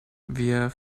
wir